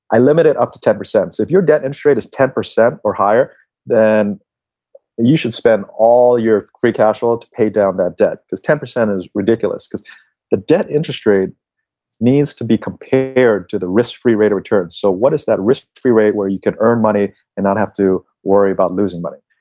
i limit it up to ten percent, so if your debt interest rate is ten percent or higher then you should spend all your free cash flow to pay down that debt, because ten percent is ridiculous, cause the debt interest rate needs to be compared to the risk free rate of return. so what is that risk free rate where you can earn money and not half to worry about losing money?